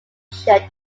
shed